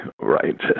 Right